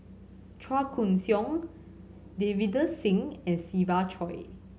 Chua Koon Siong Davinder Singh and Siva Choy